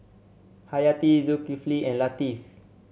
Hayati Zulkifli and Latif